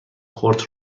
کورت